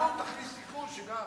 במסגרת התיקון, תכניס תיקון שגם.